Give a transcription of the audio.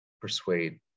persuade